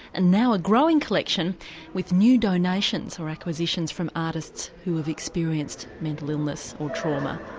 and now a growing collection with new donations or acquisitions from artists who have experienced mental illness or trauma.